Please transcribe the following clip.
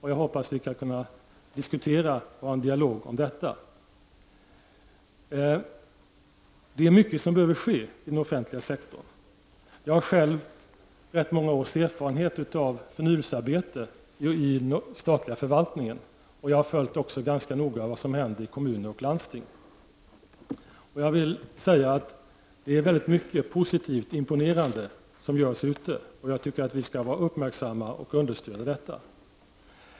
Jag hoppas att vi skall kunna ha en dialog om detta. Mycket behöver ske inom den offentliga sektorn. Själv har jag rätt många års erfarenhet av förnyelsearbete inom den statliga förvaltningen. Jag har också ganska noga följt vad som händer i kommuner och landsting. Mycket som görs ute i landet är positivt och imponerande, och jag tycker att vi skall vara uppmärksamma och understödja detta.